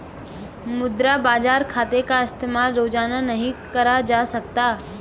मुद्रा बाजार खाते का इस्तेमाल रोज़ाना नहीं करा जा सकता